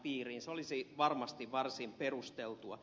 se olisi varmasti varsin perusteltua